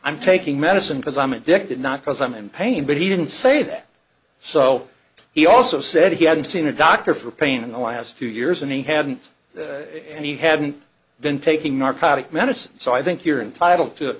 i'm taking medicine because i'm addicted not because i'm in pain but he didn't say that so he also said he hadn't seen a doctor for pain in the last two years and he hadn't said that and he hadn't been taking narcotic medicine so i think you're entitle to